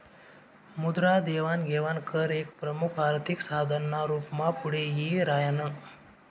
मुद्रा देवाण घेवाण कर एक प्रमुख आर्थिक साधन ना रूप मा पुढे यी राह्यनं